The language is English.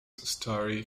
story